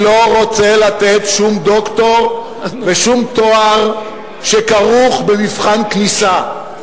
אני לא רוצה לתת שום דוקטור ושום תואר שכרוך במבחן כניסה.